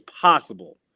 possible